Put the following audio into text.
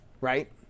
right